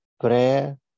Prayer